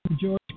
George